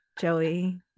Joey